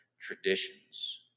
traditions